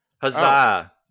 Huzzah